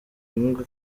ngombwa